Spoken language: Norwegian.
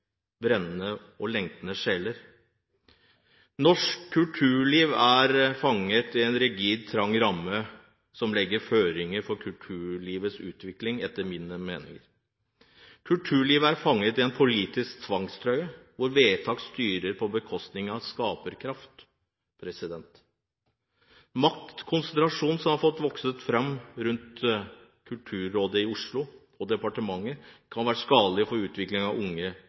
og lengtende sjeler. Norsk kulturliv er fanget i en rigid, trang ramme som legger føringer for kulturlivets utvikling, etter min mening. Kulturlivet er fanget i en politisk tvangstrøye, hvor vedtak styrer på bekostning av skaperkraft. Maktkonsentrasjonen som har fått vokse fram rundt Kulturrådet og departementet i Oslo, kan være skadelig for utviklingen av unge